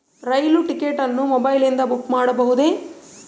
ರೈಲು ticket ಅನ್ನು ಮೊಬೈಲಿಂದ book ಮಾಡಬಹುದೆ?